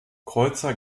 kreuzer